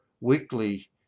weekly